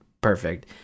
perfect